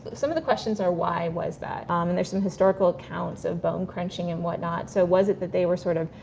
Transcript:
some of the questions are why was that? um and there's some historical accounts of bone crunching and whatnot so, was it that they were, sort of,